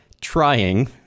trying